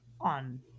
On